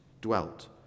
dwelt